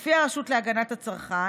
לפי הרשות להגנת הצרכן,